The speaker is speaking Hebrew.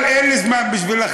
אבל אין לי זמן בשבילכם,